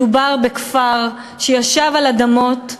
מדובר בכפר שישב על אדמות,